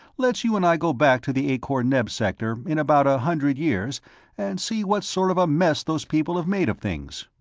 let's you and i go back to the akor-neb sector in about a hundred years and see what sort of a mess those people have made of things.